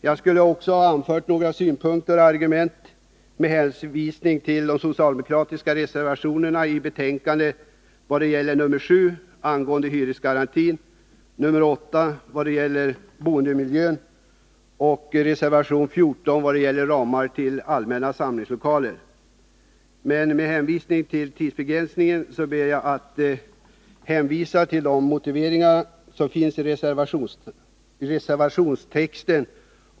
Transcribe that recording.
Jag skulle också ha anfört några synpunkter och argument beträffande de socialdemokratiska reservationerna 7 angående hyresgaranti, 8 beträffande boendemiljö samt 14 om ramar för allmänna samlingslokaler. Men med tanke på tidsbegränsningen ber jag att få hänvisa till de motiveringar som finns i reservationstexterna.